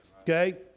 Okay